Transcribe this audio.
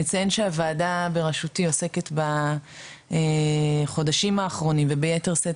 נציין שהוועדה בראשותי עוסקת בחודשים האחרונים וביתר שאת